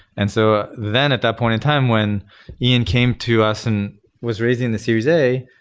and so then at that point in time, when ian came to us and was raising the series a,